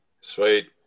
Sweet